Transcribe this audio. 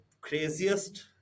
craziest